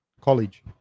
college